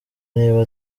niba